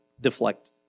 deflect